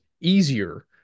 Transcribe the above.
easier